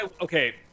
Okay